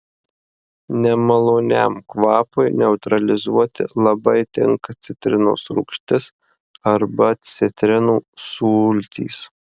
nemaloniam kvapui neutralizuoti labai tinka citrinos rūgštis arba citrinų sultys